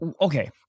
okay